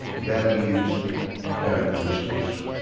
values and characteristics.